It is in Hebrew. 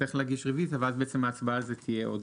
צריך להגיש רוויזיה ואז בעצם ההצבעה על זה תהיה.